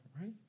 right